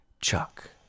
Chuck